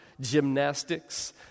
gymnastics